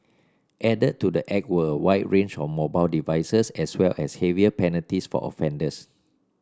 added to the act were a wider range of mobile devices as well as heavier penalties for offenders